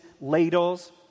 ladles